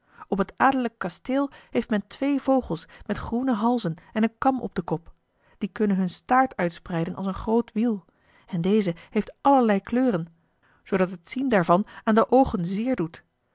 op het adellijk kasteel heeft men twee vogels met groene halzen en een kam op den kop die kunnen hun staart uitspreiden als een groot wiel en deze heeft allerlei kleuren zoodat het zien daarvan aan de oogen zeer doet